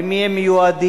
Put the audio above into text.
למי הם מיועדים,